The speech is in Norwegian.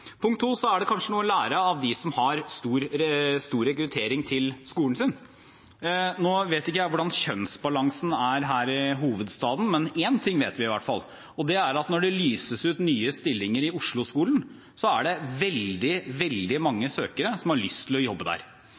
Punkt to: Det er kanskje noe å lære av dem som har stor rekruttering til skolen sin. Nå vet ikke jeg hvordan kjønnsbalansen er her i hovedstaden, men én ting vet vi i hvert fall, og det er at når det lyses ut nye stillinger i Oslo-skolen, er det veldig mange søkere som har lyst til å jobbe der.